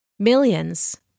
Millions